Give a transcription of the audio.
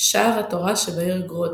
שער התורה שבעיר גרודנה.